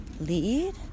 lead